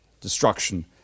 destruction